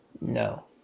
No